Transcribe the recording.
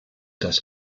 das